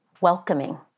welcoming